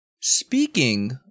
Speaking